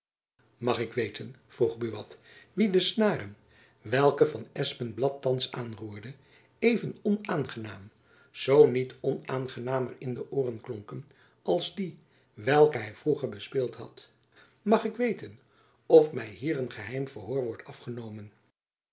mag ik weten vroeg buat wien de snaren welke van espenblad thands aanroerde even onaangenaam zoo niet onaangenamer in de ooren klonken als die welke hy vroeger bespeeld had mag ik weten of my hier een geheim verhoor wordt afgenomen